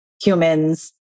humans